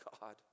God